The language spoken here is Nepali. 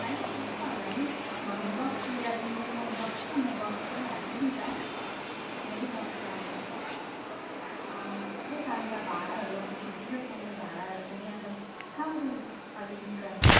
होइन पुग्छ होला नि नभए बक्स लिएर जाऔँ मेरोमा बक्स छ म बक्स ल्याइहाल्छु नि त मेरै बक्स लानु पर्छ त्यही त अन्त भाँडाहरू अब ठुल्ठुलो चाहियो भाँडाहरू पनि अन्त कहाँबाट अरेन्ज गर्ने